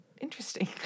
interesting